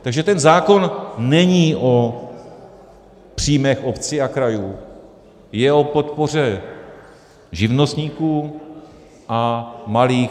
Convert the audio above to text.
Takže ten zákon není o příjmech obcích a krajů, je o podpoře živnostníků a malých s. r. o.